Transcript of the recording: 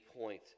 point